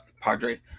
Padre